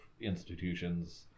institutions